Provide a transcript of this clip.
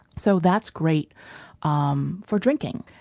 so that's great um for drinking.